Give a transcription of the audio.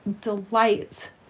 delight